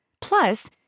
Plus